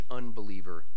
unbeliever